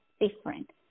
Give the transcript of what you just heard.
different